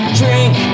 drink